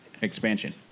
expansion